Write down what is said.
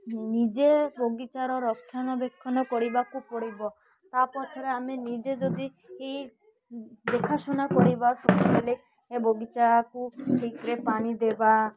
ନିଜେ ବଗିଚାର ରକ୍ଷାଣବେକ୍ଷଣ କରିବାକୁ ପଡ଼ିବ ତା ପଛରେ ଆମେ ନିଜେ ଯଦି ଇ ଦେଖାଶୁଣା କରିବା ସବୁବେଳେ ଏ ବଗିଚାକୁ ଠିକ୍ରେ ପାଣି ଦେବା